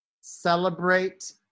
celebrate